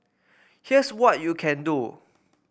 here's what you can do